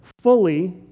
fully